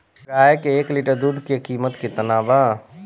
गाए के एक लीटर दूध के कीमत केतना बा?